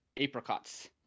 apricots